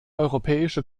europäische